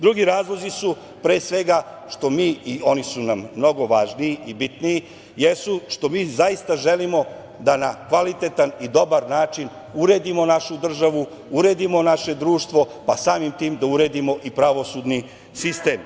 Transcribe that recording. Drugi razlozi su pre svega što mi, i oni su nam mnogo važniji i bitniji jesu što mi zaista želimo da na kvalitetan i dobar način uredimo našu državu, uredimo naše društvo pa samim tim da uredimo i pravosudni sistem.